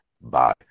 bye